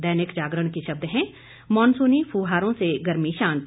दैनिक जागरण के शब्द है मानसूनी फुहारों से गर्मी शांत